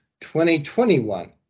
2021